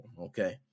Okay